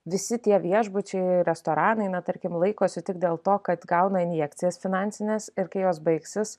visi tie viešbučiai restoranai na tarkim laikosi tik dėl to kad gauna injekcijas finansines ir kai jos baigsis